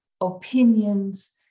opinions